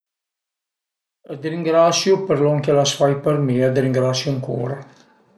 T'ringrasiu për lon quë l'as fait për mi e t'ringrasiu ancura